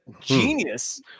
genius